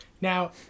Now